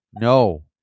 no